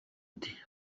ati